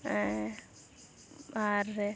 ᱟᱨ